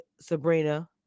Sabrina